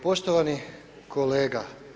Poštovani kolega.